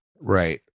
Right